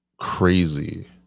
crazy